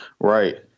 Right